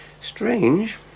Strange